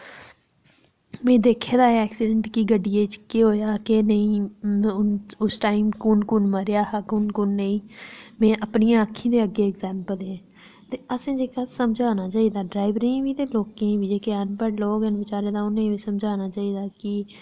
में दिक्खे दा एक्सीडैंट कि गड्डियै च केह् होआ हा केह् नेईं उस टाईम कु'न कु'न मरेआ हा कु'न कु'न नेईं में अपनी अक्खियें दे अग्गें एग्जैम्पल ते असें जेह्का समझाना चाहिदा डरैबरें गी बी ते लोकें गी बी क्या अनपढ़ लोक न चल उनेंगी बी समझाना चाहिदा कि